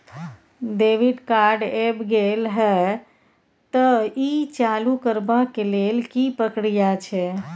Debit card ऐब गेल हैं त ई चालू करबा के लेल की प्रक्रिया छै?